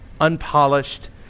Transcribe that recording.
unpolished